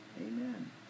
amen